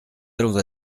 allons